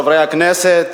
חברי הכנסת,